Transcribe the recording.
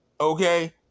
Okay